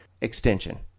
extension